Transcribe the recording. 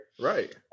Right